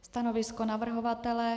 Stanovisko navrhovatele?